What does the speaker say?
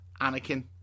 Anakin